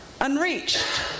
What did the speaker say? unreached